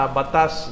batas